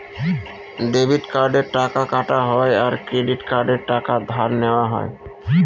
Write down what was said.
debit কার্ডে টাকা কাটা হয় আর ক্রেডিট কার্ডে টাকা ধার নেওয়া হয়